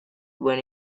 when